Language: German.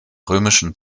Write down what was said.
römischen